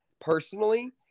personally